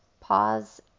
Pause